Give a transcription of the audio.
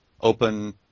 open